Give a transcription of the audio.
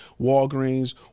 Walgreens